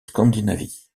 scandinavie